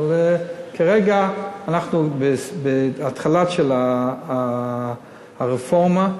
אבל כרגע אנחנו בהתחלה של הרפורמה.